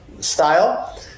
style